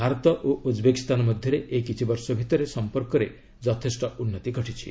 ଭାରତ ଓ ଉଜ୍ବେକିସ୍ତାନ ମଧ୍ୟରେ ଏହି କିଛି ବର୍ଷ ଭିତରେ ସମ୍ପର୍କରେ ଯଥେଷ୍ଟ ଉନ୍ନତି ଘଟିଛି